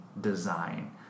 design